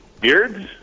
Beards